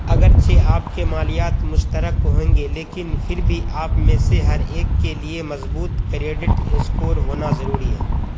اگرچہ آپ کے مالیات مشترک ہوئیں گے لیکن پھر بھی آپ میں سے ہر ایک کے لیے مضبوط کریڈٹ اسکور ہونا ضروری ہے